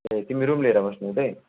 ए तिमी रुम लिएर बस्ने उतै